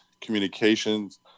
communications